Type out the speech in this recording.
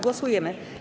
Głosujemy.